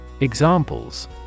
Examples